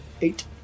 eight